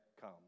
come